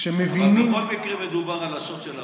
כשמבינים, אבל בכל מקרה מדובר על השוד של הבנק,